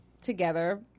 together